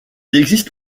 existe